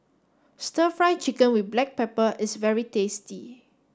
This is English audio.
stir fry chicken with black pepper is very tasty